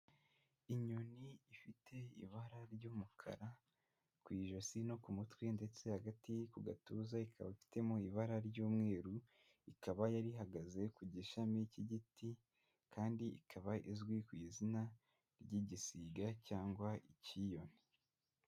Inyoni ifite ibara ry'umukara ku ijosi no ku mutwe ndetse hagati ku gatuza ikaba ifitemo ibara ry'umweru, ikaba yari ihagaze ku gishami cy'igiti kandi ikaba izwi ku izina ry'igisiga cyangwa icyiyoni.